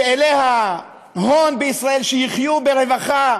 אילי ההון בישראל, שיחיו ברווחה